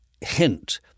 hint